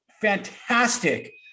fantastic